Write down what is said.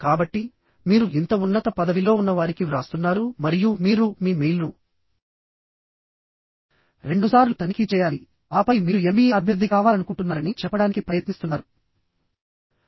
కాబట్టి మీరు ఇంత ఉన్నత పదవిలో ఉన్నవారికి వ్రాస్తున్నారు మరియు మీరు మీ మెయిల్ను రెండుసార్లు తనిఖీ చేయాలి ఆపై మీరు ఎంబీఏ అభ్యర్థి కావాలనుకుంటున్నారని చెప్పడానికి ప్రయత్నిస్తున్నారు